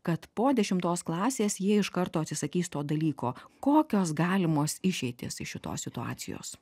kad po dešimtos klasės jie iš karto atsisakys to dalyko kokios galimos išeitys iš šitos situacijos